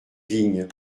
vignes